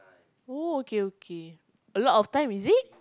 oh okay okay a lot of time is it